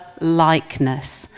likeness